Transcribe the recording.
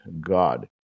God